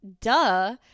duh